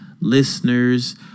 listeners